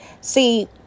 See